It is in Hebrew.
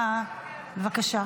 בבקשה.